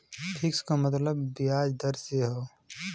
fix क मतलब बियाज दर से हौ